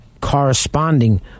corresponding